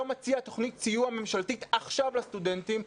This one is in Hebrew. מציע תוכנית סיוע ממשלתית עכשיו לסטודנטים,